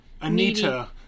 Anita